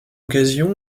occasion